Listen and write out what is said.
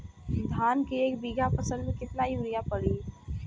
धान के एक बिघा फसल मे कितना यूरिया पड़ी?